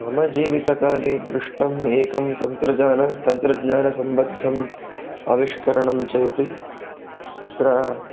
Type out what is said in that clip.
मम जीवितकाले दृष्टम् एकं तन्त्रज्ञानं तन्त्रज्ञानसम्बद्धम् आविष्करणं चेति तत्र